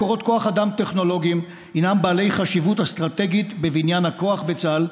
מקורות כוח אדם טכנולוגיים הם בעלי חשיבות אסטרטגית בבניין הכוח בצה"ל,